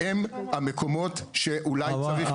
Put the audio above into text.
והם המקומות שאולי צריך לשים עליהם את הפוקוס.